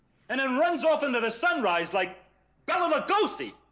and then runs off into the sunrise like bela lugosi